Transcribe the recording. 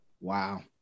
Wow